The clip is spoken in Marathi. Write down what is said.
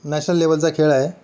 नॅशनल लेवलचा खेळ आहे